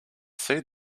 see